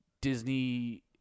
Disney